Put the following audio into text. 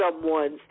someone's